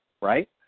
Right